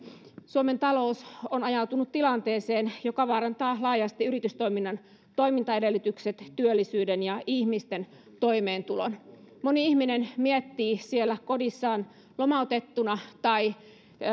suomen talous on ajautunut tilanteeseen joka vaarantaa laajasti yritystoiminnan toimintaedellytykset työllisyyden ja ihmisten toimeentulon moni ihminen miettii kodissaan lomautettuna tai